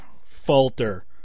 falter